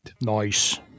Nice